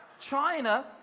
China